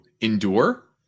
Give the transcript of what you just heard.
endure